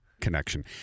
connection